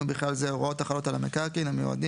ובכלל זה הוראות החלות על המקרקעין המיועדים